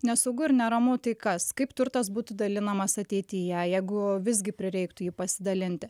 nesaugu ir neramu tai kas kaip turtas būtų dalinamas ateityje jeigu visgi prireiktų jį pasidalinti